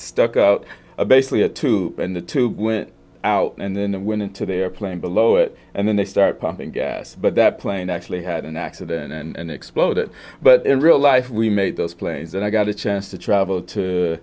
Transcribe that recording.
stuck out a basically a two and the two went out and then went into the airplane below it and then they start pumping gas but that plane actually had an accident and explode it but in real life we made those planes and i got a chance to travel to